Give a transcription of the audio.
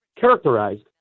characterized